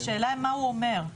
השאלה מה הוא אומר.